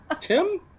Tim